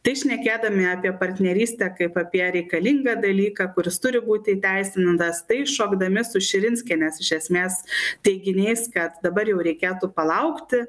tai šnekėdami apie partnerystę kaip apie reikalingą dalyką kuris turi būti įteisintas tai šokdami su širinskienės iš esmės teiginiais kad dabar jau reikėtų palaukti